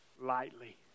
lightly